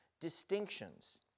distinctions